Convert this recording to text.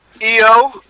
Eo